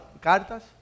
cartas